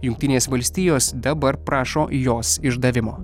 jungtinės valstijos dabar prašo jos išdavimo